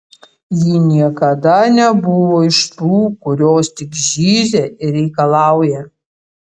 ji niekada nebuvo iš tų kurios tik zyzia ir reikalauja